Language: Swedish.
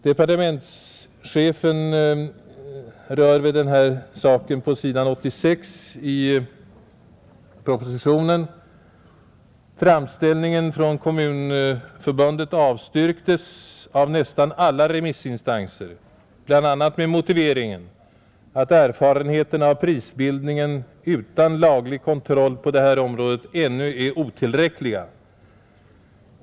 Departementschefen berör den här saken på s, 86 i propositionen. Framställningen från Kommunförbundet avstyrktes av nästan alla remissinstanser, bl. a, med motiveringen att erfarenheterna av prisbildningen utan laglig kontroll på detta område ännu är otillräckliga.